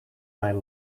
mijn